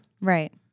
Right